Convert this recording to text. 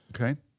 Okay